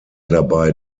dabei